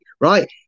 right